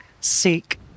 Seek